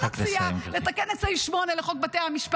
צריך רק לסיים, גברתי.